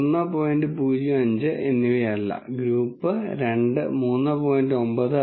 05 എന്നിവയല്ല ഗ്രൂപ്പ് 2 3